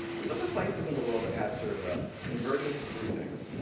we look for places in the world that have sort of a convergence of three things.